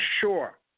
sure